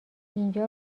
اینجا